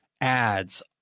ads